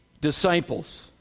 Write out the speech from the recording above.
disciples